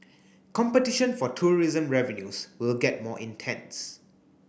competition for tourism revenues will get more intense